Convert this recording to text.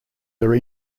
are